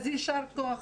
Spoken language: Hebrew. אז יישר כוח,